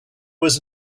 was